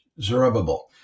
Zerubbabel